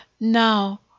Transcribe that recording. Now